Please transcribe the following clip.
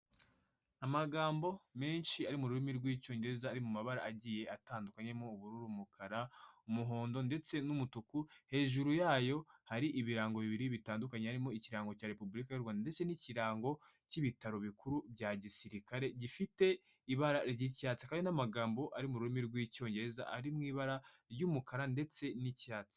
Amagambo menshi ari mu rurimi rw'Icyongereza ari mu mabara agiye atandukanye harimo ubururu, umukara, umuhondo ndetse n'umutuku, hejuru yayo hari ibirango bibiri bitandukanye, harimo ikirango cya Repubulika y'u Rwanda ndetse n'ikirango cy'ibitaro bikuru bya gisirikare gifite ibara ry'icyatsi hakaba hari n'amagambo ari mu rurimi rw'Icyongereza ari mu ibara ry'umukara ndetse n'icyatsi.